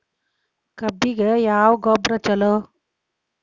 ಕಬ್ಬಿಗ ಯಾವ ಗೊಬ್ಬರ ಛಲೋ?